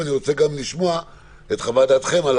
ואני רוצה גם לשמוע את חוות דעתכם על